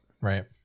Right